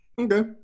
Okay